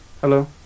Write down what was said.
Hello